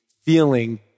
feeling